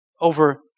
over